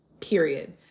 Period